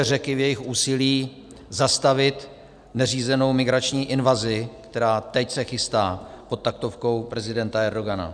Řeky v jejich úsilí zastavit neřízenou migrační invazi, která teď se chystá pod taktovkou prezidenta Erdogana.